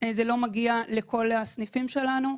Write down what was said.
זה לא מגיע לכל הסניפים שלנו.